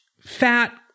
fat